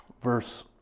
Verse